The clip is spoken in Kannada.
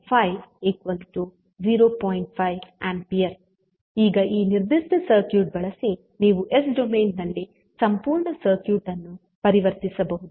5 A ಈಗ ಈ ನಿರ್ದಿಷ್ಟ ಸರ್ಕ್ಯೂಟ್ ಬಳಸಿ ನೀವು ಎಸ್ ಡೊಮೇನ್ ನಲ್ಲಿ ಸಂಪೂರ್ಣ ಸರ್ಕ್ಯೂಟ್ ಅನ್ನು ಪರಿವರ್ತಿಸಬಹುದು